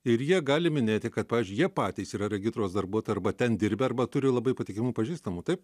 ir jie gali minėti kad pavyzdžiui jie patys yra regitros darbuotojai arba ten dirbę arba turi labai patikimų pažįstamų taip